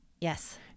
yes